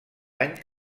any